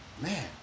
man